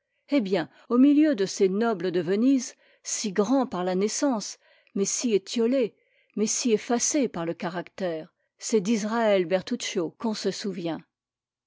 eh bien au milieu de ces nobles de venise si grands par la naissance mais si étiolés mais si effacés par le caractère c'est d'israël bertuccio qu'on se souvient